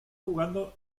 jugando